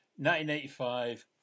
1985